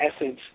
essence